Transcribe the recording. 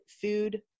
food